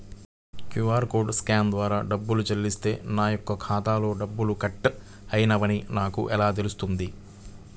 QR కోడ్ని scan ద్వారా డబ్బులు చెల్లిస్తే నా యొక్క ఖాతాలో డబ్బులు కట్ అయినవి అని నాకు ఎలా తెలుస్తుంది?